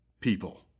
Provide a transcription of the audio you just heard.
people